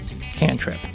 cantrip